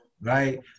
right